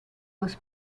was